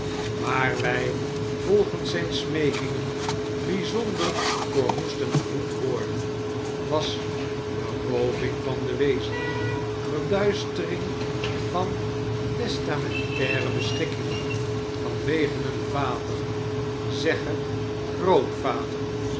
waar wij volgens zijn smeekingen byzonder voor moesten behoed worden was berooving van de weezen verduistering van testamentaire beschikkingen vanwege een vader zegge grootvader